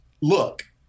look